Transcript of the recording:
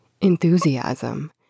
enthusiasm